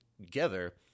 together